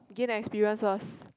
gain experience first